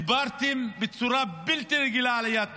דיברתם בצורה בלתי רגילה על עליית מחירים,